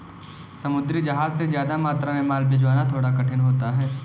समुद्री जहाज से ज्यादा मात्रा में माल भिजवाना थोड़ा कठिन होता है